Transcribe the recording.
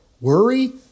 Worry